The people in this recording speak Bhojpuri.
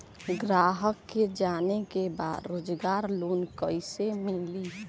ग्राहक के जाने के बा रोजगार लोन कईसे मिली?